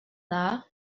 dda